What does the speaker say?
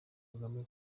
kagame